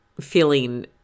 feeling